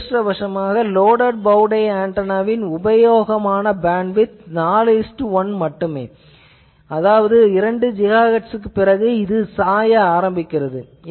ஆனால் துரதிருஷ்டவசமாக loaded bow tie ஆன்டெனாவின் உபயோகமான பேண்ட்விட்த் 4 1 மட்டுமே அதாவது 2 GHz க்குப் பிறகு இது சாய ஆரம்பிக்கிறது